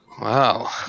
wow